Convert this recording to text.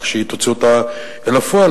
רק שהיא תוציא אותה אל הפועל.